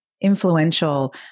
influential